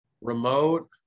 remote